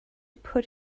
put